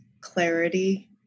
clarity